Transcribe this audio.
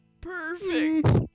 perfect